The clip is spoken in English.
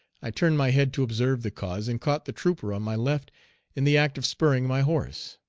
i turned my head to observe the cause and caught the trooper on my left in the act of spurring my horse.